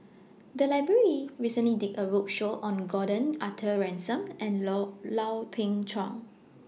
The Library recently did A roadshow on Gordon Arthur Ransome and Low Lau Teng Chuan